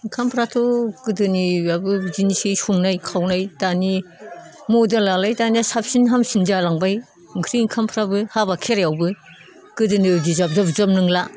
ओंखामफ्राथ' गोदोनियाबो बिदिनोसै संनाय खावनाय दानि मडेलालाय दानिया साबसिन हामसिन जालांबाय ओंख्रि ओंखामफ्राबो हाबा खेरायावबो गोदोनि बादि जाब जाब जुबा जाब नंला